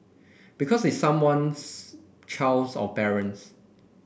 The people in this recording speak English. because it's someone's child's or parents